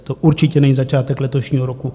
To určitě není začátek letošního roku.